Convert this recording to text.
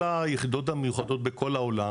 כל היחידות המיוחדות בכל העולם